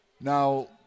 Now